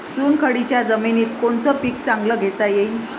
चुनखडीच्या जमीनीत कोनतं पीक चांगलं घेता येईन?